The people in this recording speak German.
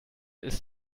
ist